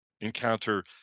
encounter